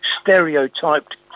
stereotyped